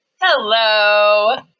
Hello